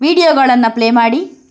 ವೀಡಿಯೊಗಳನ್ನ play ಮಾಡಿ